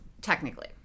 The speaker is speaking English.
technically